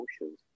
emotions